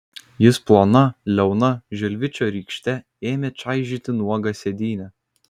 jis plona liauna žilvičio rykšte ėmė čaižyti nuogą sėdynę